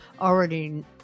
already